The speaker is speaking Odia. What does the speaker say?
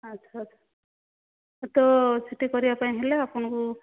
ଆଚ୍ଛା ଆଚ୍ଛା ତ ସେଇଠି କରିବାପାଇଁ ହେଲେ ଆପଣଙ୍କୁ